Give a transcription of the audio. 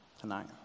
tonight